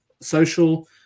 Social